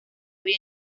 hoy